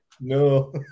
No